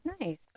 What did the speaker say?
Nice